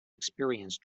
experience